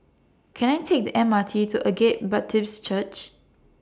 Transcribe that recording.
Can I Take The M R T to Agape Baptist Church